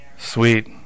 sweet